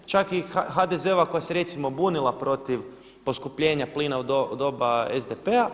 Čak i HDZ-ova koja se recimo bunila protiv poskupljenja plina u doba SDP-a.